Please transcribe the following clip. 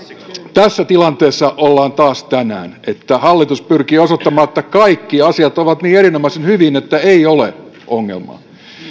tässä tilanteessa ollaan taas tänään että hallitus pyrkii osoittamaan että kaikki asiat ovat niin erinomaisen hyvin että ei ole ongelmaa